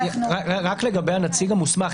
לגבי הנציג המוסמך,